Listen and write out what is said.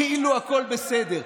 כאילו הכול בסדר.